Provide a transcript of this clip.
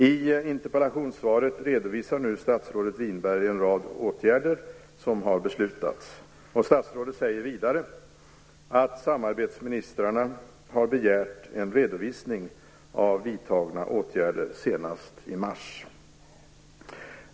I interpellationssvaret redovisar nu statsrådet Winberg en rad åtgärder som har beslutats. Statsrådet säger vidare att samarbetsministrarna har begärt en redovisning av vidtagna åtgärder senast i mars.